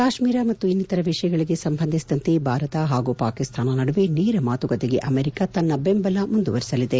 ಕಾಶ್ಮೀರ ಮತ್ತು ಇನ್ನಿತರ ವಿಷಯಗಳಿಗೆ ಸಂಬಂಧಿಸಿದಂತೆ ಭಾರತ ಹಾಗೂ ಪಾಕಿಸ್ತಾನ ನಡುವೆ ನೇರ ಮಾತುಕತೆಗೆ ಅಮೆರಿಕ ತನ್ನ ಬೆಂಬಲವನ್ನು ಮುಂದವರೆಸಲಿದೆ